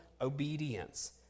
obedience